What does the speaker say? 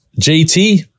JT